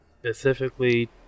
Specifically